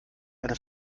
eine